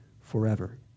forever